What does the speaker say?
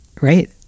right